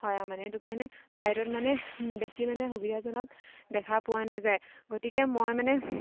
হয় আৰু মানে সেইটো কাৰণে ফ্লাইটত মানে বেছি মানে সুবিধাজনক দেখা পোৱা নাযায় গতিকে মই মানে